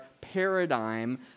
paradigm